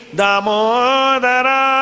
damodara